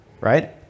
right